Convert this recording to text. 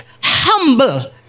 humble